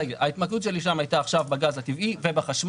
ההתמקדות שלי עכשיו הייתה בגז הטבעי ובחשמל,